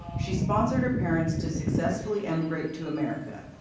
she sponsored her parents to successfully emigrate to america,